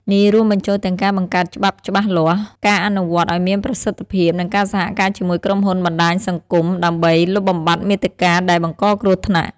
នេះរួមបញ្ចូលទាំងការបង្កើតច្បាប់ច្បាស់លាស់ការអនុវត្តន៍ឲ្យមានប្រសិទ្ធភាពនិងការសហការជាមួយក្រុមហ៊ុនបណ្តាញសង្គមដើម្បីលុបបំបាត់មាតិកាដែលបង្កគ្រោះថ្នាក់។